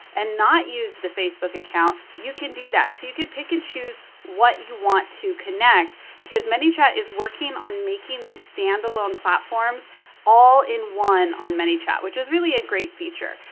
and not use the facebook account, you can do that. so you can pick and choose what you want to connect because manychat is working on making the standalone platforms all in one on manychat, which is really a great feature.